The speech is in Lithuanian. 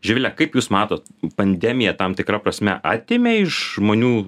živile kaip jūs matot pandemija tam tikra prasme atėmė iš žmonių